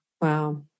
Wow